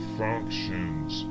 functions